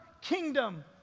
kingdom